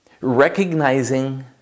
Recognizing